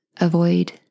avoid